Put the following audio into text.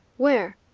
where?